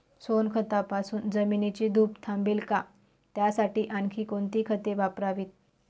सोनखतापासून जमिनीची धूप थांबेल का? त्यासाठी आणखी कोणती खते वापरावीत?